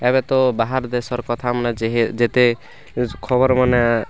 ଏବେ ତ ବାହାର୍ ଦେଶର୍ କଥାମନେ ଯେତେ ଖବର୍ମନେ